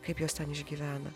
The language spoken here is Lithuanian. kaip jos ten išgyvena